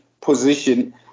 position